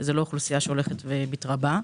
וזה לא אוכלוסייה שהולכת ומתרבה.